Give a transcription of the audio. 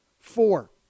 Four